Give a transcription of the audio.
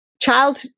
Child